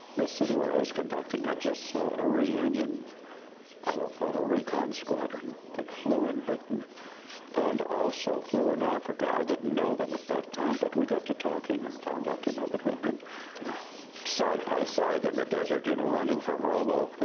the city where i was conducting i just saw a reunion of a photo recon squadron that flew in britain and also flew in africa. i didn't know them at that time but we got to talking and found out that we'd been side by side in the desert you know running from rommel,